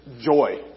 joy